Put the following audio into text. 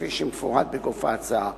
כפי שמפורט בגוף ההצעה.